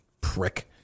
prick